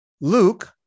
Luke